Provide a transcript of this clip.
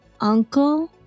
uncle